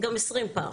גם 20 פעם